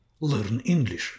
LearnEnglish